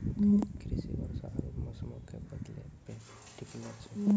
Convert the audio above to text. कृषि वर्षा आरु मौसमो के बदलै पे टिकलो छै